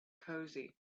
cosy